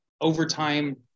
overtime